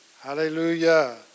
Hallelujah